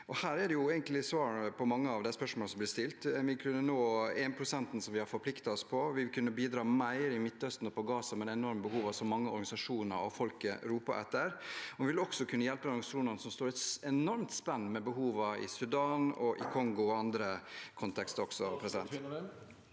Her ligger egentlig svaret på mange av de spørsmålene som blir stilt. Vi kunne nå 1 pst., som vi har forpliktet oss til, og vi vil kunne bidra mer i Midtøsten og Gaza med de enorme behovene som mange organisasjoner og folket roper ut om, men vi vil også kunne hjelpe de organisasjonene som står i et enormt spenn med behovene i Sudan, Kongo (presidenten